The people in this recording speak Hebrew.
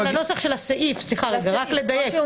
על הנוסח של הסעיף האחרון, רק לדייק.